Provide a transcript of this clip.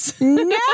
No